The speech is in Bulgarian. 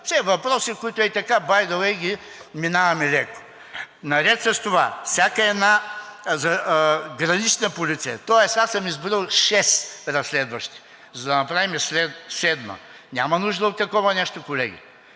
Все въпроси, които ей така минаваме леко. Наред с това, всяка една гранична полиция, тоест аз съм изброил шест разследващи, за да направим седма. Няма нужда от такова нещо, колеги